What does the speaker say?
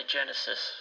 Genesis